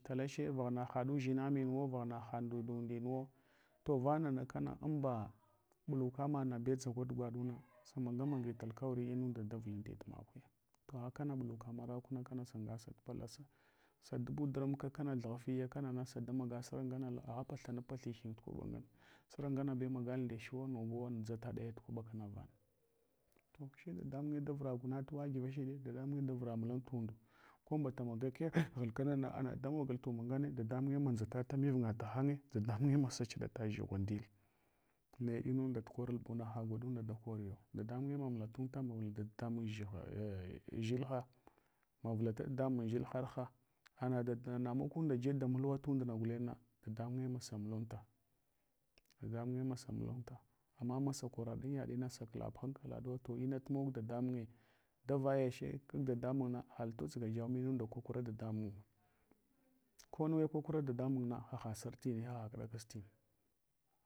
Talache vaghna hadu udʒina munwo vaghna haɗ nda undinwo. To vana na kona, amba bulaka maɗnabe tsa gwat gwaɗuna samagamgi tal kawari unda davulanti tumakuya. To agha kana ɓuluka marakung kana sanga palasa. Sa dubu durmuka kana sa thughaliya kana, sada maga suna nganala, agha pathanap pathu hyin tu kwabo ngane. Sum nganabe magal nde chuwa nubuwo dʒata daya kwaɓa kana navana. To she dadamunye davra quna tuwadiva shiɗe, dadamunye davra mulan tunda, ko mbata mada kaghal kara na ana damogul tuma ngane dadamunye, ma adʒatata mivigarahanye dadamunye maso chiɗata dʒghwa ndile. Naye inunda tukunu buna hagwaɗunda da koriyu. Dadamanye ma mulatunta, mavla dadamun dʒilha mavlata dadamun dʒulharha. Na makunda jeɗ da mulwa humndna gulengna dadamunye masa mulanta, dadamunye masa mulanta. Amasa koraɗan yaɗe na saklab hankalaɗu, to matu mog dadamung davayache kag dadamung haɗal todʒgajaw mnund kwakura dadamunwo. Konuwe kwakura dadamunna haha sartina, hah kɗa kashin.